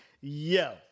Yo